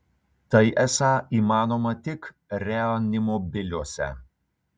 tai esą įmanoma tik reanimobiliuose